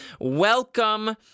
welcome